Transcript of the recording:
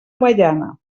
avellana